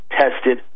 tested